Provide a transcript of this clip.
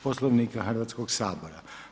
Poslovnika Hrvatskog sabora.